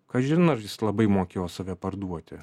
kažin ar jis labai mokėjo save parduoti